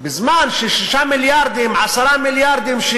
בזמן ש-6 מיליארדים, 10 מיליארדים של